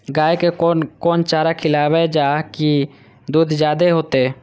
गाय के कोन कोन चारा खिलाबे जा की दूध जादे होते?